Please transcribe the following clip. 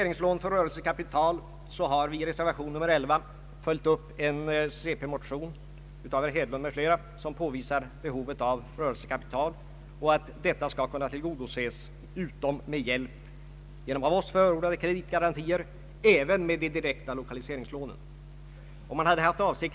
Inom skilda departements verksamhetsområden hade vidtagits eller förbereddes en rad åtgärder med detta syfte.